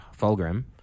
Fulgrim